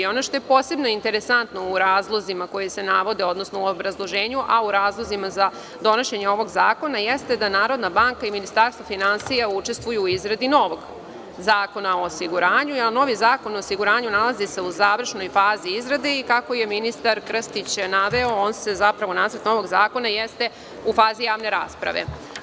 Ono što je posebno interesantno u razlozima koji se navode, odnosno u obrazloženju, a u razlozima za donošenje ovog zakona, jeste da Narodna banka i Ministarstvo finansija učestvuju u izradi novog zakona o osiguranju, a novi zakon o osiguranju nalazi se u završnoj fazi izrade i, kako je ministar Krstić naveo, nacrt novog zakona jeste u fazi javne rasprave.